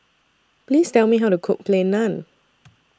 Please Tell Me How to Cook Plain Naan